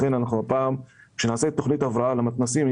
לכן הפעם כנעשה את תכנית ההבראה למתנ"סים,